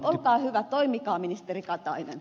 olkaa hyvä toimikaa ministeri katainen